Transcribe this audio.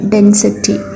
Density